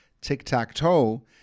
tic-tac-toe